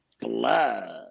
blood